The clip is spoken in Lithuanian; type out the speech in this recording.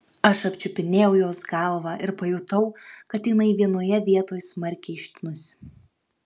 aš apčiupinėjau jos galvą ir pajutau kad jinai vienoje vietoj smarkiai ištinusi